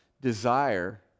desire